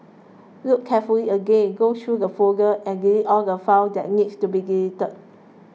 look carefully again go through the folders and delete all the files that needs to be deleted